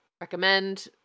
recommend